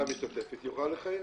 אם המדינה משתתפת היא יכולה לחייב.